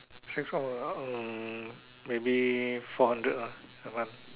six one eight what hmm maybe four hundred lah a month